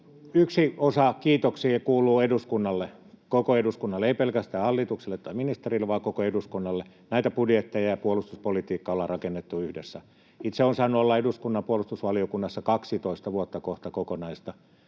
yksi osa kiitoksia kuuluu eduskunnalle, koko eduskunnalle, ei pelkästään hallitukselle tai ministerille vaan koko eduskunnalle. Näitä budjetteja ja puolustuspolitiikkaa ollaan rakennettu yhdessä. Itse olen saanut olla eduskunnan puolustusvaliokunnassa kohta 12 kokonaista